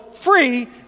free